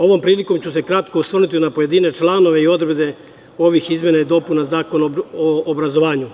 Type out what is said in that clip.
Ovom prilikom ću se kratko osvrnuti na pojedine članove i odredbe ovih izmena i dopuna Zakona o obrazovanju.